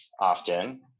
often